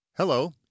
Hello